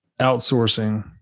outsourcing